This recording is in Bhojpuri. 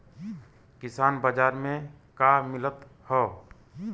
किसान बाजार मे का मिलत हव?